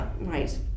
Right